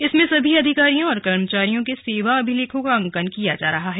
इसमें सभी अधिकारियों कर्मचारियों के सेवा अभिलेखों का अंकन किया जा रहा है